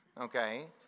Okay